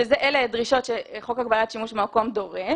שאלה דרישות שחוק הגבלת שימוש במקום דורש,